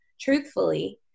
truthfully